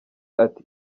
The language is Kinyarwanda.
ati